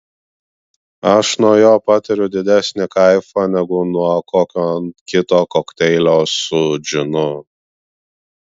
aš nuo jo patiriu didesnį kaifą negu nuo kokio kito kokteilio su džinu